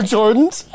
jordans